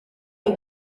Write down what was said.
iyi